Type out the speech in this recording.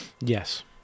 Yes